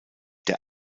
der